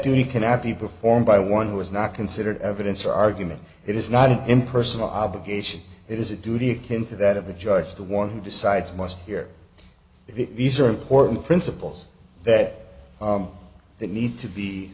duty cannot be performed by one was not considered evidence or argument it is not an impersonal obligation it is a duty akin to that of the judge the one who decides must hear it these are important principles that they need to be